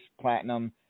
Platinum